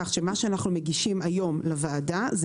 כך שמה שאנחנו מגישים היום לוועדה זה